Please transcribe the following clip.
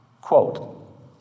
Quote